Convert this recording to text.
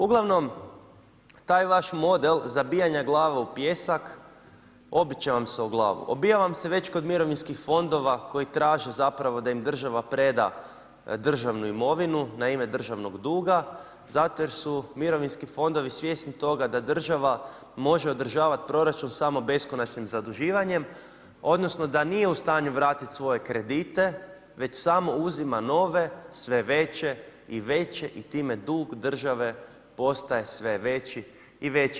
Ugl. taj vaš model zabijanja glava u pijesak obiti će vam se u glavu, obija vam se već kod mirovinskih fondova koji traže zapravo da im država preda državnu imovinu, na ime državnog duga, zato jer su mirovinski fondovi svjesni toga, da država može održavati proračun samo beskonačnim zaduživanjem, odnosno, da nije u stanju vratiti svoje kredite, već samo uzima nove, sve veće i veće i time dug države postaje sve veći i veći.